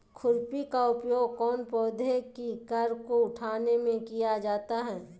खुरपी का उपयोग कौन पौधे की कर को उठाने में किया जाता है?